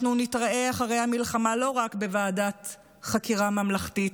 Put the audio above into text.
אנחנו נתראה אחרי המלחמה לא רק בוועדת חקירה ממלכתית,